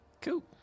Cool